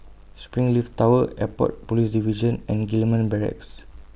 Springleaf Tower Airport Police Division and Gillman Barracks